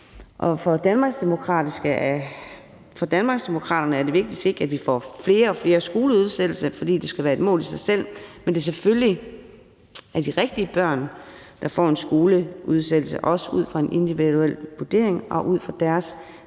kr. For Danmarksdemokraterne er det vigtigste ikke, at vi får flere og flere skoleudsættelser, fordi det skal være et mål i sig selv, men at det selvfølgelig er de rigtige børn, der får en skoleudsættelse, også ud fra en individuel vurdering og ud fra deres